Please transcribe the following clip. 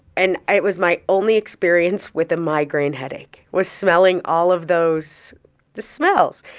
and it was my only experience with a migraine headache was smelling all of those the smells.